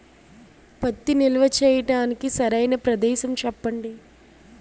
పత్తి నిల్వ చేయటానికి సరైన ప్రదేశం చెప్పండి?